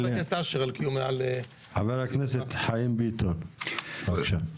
חבר הכנסת חיים ביטון, בבקשה.